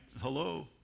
Hello